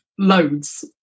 Loads